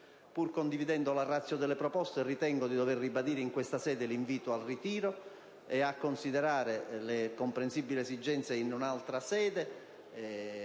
Pur condividendo la *ratio* delle proposte, ritengo di dover ribadire in questa sede l'invito al ritiro e a considerare le pur comprensibili esigenze in un'altra sede,